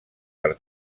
per